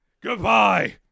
Goodbye